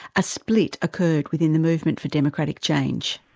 a split occurred within the movement for democratic change.